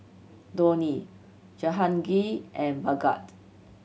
Dhoni Jehangirr and Bhagat